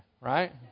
right